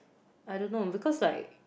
I don't know because like